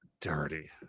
Dirty